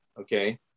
okay